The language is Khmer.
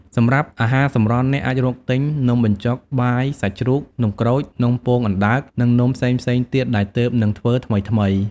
សម្រាប់អាហារសម្រន់ អ្នកអាចរកទិញនំបញ្ចុក បាយសាច់ជ្រូក នំក្រូច នំពងអណ្តើក និងនំផ្សេងៗទៀតដែលទើបនឹងធ្វើថ្មីៗ។